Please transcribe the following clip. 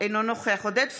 אינו נוכח עודד פורר,